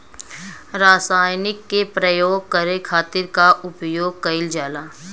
रसायनिक के प्रयोग करे खातिर का उपयोग कईल जाला?